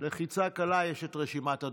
לחיצה קלה, ויש את רשימת הדוברים.